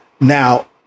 Now